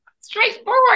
straightforward